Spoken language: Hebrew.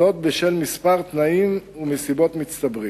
זאת בשל כמה תנאים ונסיבות מצטברים.